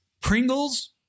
Pringles